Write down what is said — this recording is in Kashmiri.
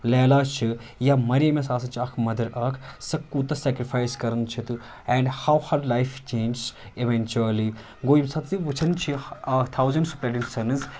لیلا چھِ یا مَریم یۄس آسان چھِ اَکھ مَدَر اَکھ سۄ کوٗتاہ سٮ۪کرِفایِس کَران چھِ تہٕ and how her life changes eventually گوٚو ییٚمہِ ساتہٕ تِم وُچھان چھِ تھَاوزَنٛڑٕز سِپلَنڑڈ سَنٕز